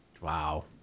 Wow